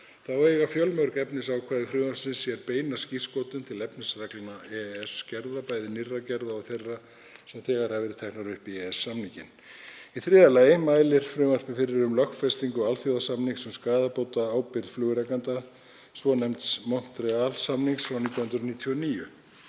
Þá eiga fjölmörg efnisákvæði frumvarpsins sér beina skírskotun til efnisreglna EES-gerða, bæði nýrra gerða og þeirra sem þegar hafa verið teknar upp í EES-samninginn. Í þriðja lagi mælir frumvarpið fyrir um lögfestingu alþjóðasamnings um skaðabótaábyrgð flugrekanda, svonefnds Montreal-samnings frá 1999.